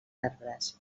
arbres